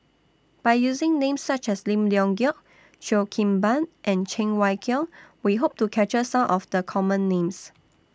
By using Names such as Lim Leong Geok Cheo Kim Ban and Cheng Wai Keung We Hope to capture Some of The Common Names